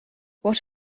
what